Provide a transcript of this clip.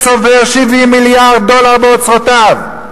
הצובר 70 מיליארד דולר באוצרותיו,